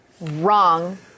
wrong